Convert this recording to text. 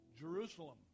Jerusalem